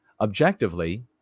Objectively